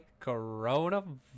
Coronavirus